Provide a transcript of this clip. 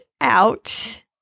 out